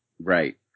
Right